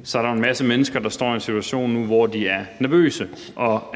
det er der jo en masse mennesker, der står i en situation nu, hvor de er nervøse. Og